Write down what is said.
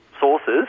sources